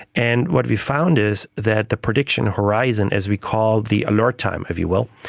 and what we found is that the prediction horizon, as we called the alert time, if you will,